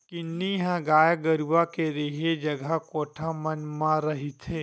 किन्नी ह गाय गरुवा के रेहे जगा कोठा मन म रहिथे